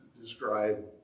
describe